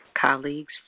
colleagues